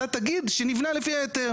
אתה תגיד שנבנה לפי ההיתר.